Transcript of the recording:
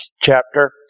chapter